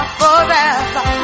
forever